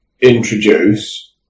introduce